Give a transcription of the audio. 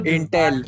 Intel